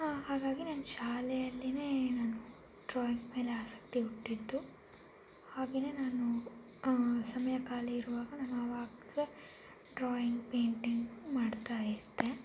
ಹಾಗಾಗಿ ನಾನು ಶಾಲೆಯಲ್ಲಿಯೇ ನಾನು ಡ್ರಾಯಿಂಗ್ ಮೇಲೆ ಆಸಕ್ತಿ ಹುಟ್ಟಿದ್ದು ಹಾಗೆಯೇ ನಾನು ಸಮಯ ಖಾಲಿ ಇರುವಾಗ ನಾವು ಡ್ರಾಯಿಂಗ್ ಪೈಂಟಿಂಗ್ ಮಾಡ್ತಾಯಿದ್ದೆ